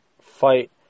fight